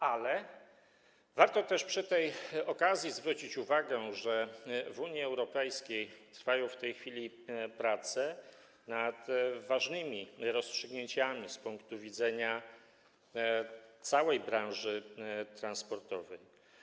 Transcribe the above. Ale warto też przy tej okazji zwrócić uwagę, że w Unii Europejskiej trwają w tej chwili prace nad ważnymi rozstrzygnięciami z punktu widzenia całej branży transportowej.